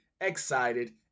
excited